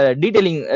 detailing